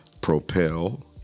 Propel